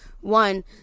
One